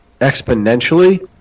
Exponentially